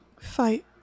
fight